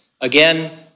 Again